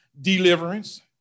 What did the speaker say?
deliverance